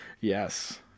Yes